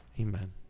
Amen